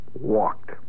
walked